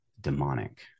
demonic